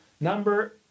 number